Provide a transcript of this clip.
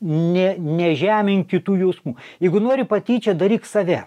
ne ne žemink kitų jausmų jeigu nori patyčių daryk save